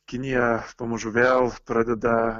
kinija pamažu vėl pradeda